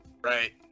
Right